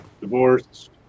Divorced